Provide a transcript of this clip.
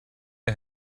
der